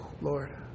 Lord